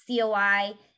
COI